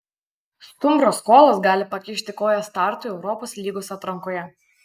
stumbro skolos gali pakišti koją startui europos lygos atrankoje